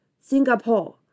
Singapore